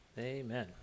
amen